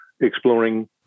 exploring